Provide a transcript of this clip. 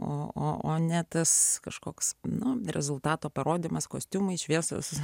o o o ne tas kažkoks nu rezultato parodymas kostiumai šviesos